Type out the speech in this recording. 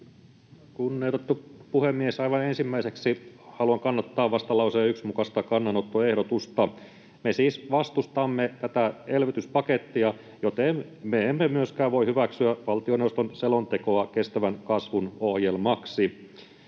Kunnioitettu puhemies! Aivan ensimmäiseksi haluan kannattaa vastalauseen 1 mukaista kannanottoehdotusta. Me siis vastustamme tätä elvytyspakettia, joten me emme myöskään voi hyväksyä valtioneuvoston selontekoa kestävän kasvun ohjelmaksi.